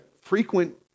frequent